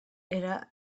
era